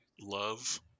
love